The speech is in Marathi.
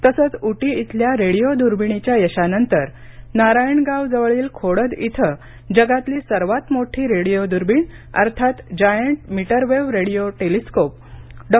तसेच उटी येथील रेडिओ दुर्बिणीच्या यशानंतर नारायणगाव जवळील खोडद येथे जगातील सर्वात मोठी रेडिओ दूर्बीण अर्थात giant metrewave radio telescope GMRT डॉ